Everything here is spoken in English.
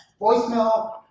voicemail